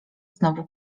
znowu